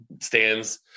stands